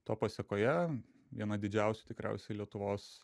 to pasekoje viena didžiausių tikriausiai lietuvos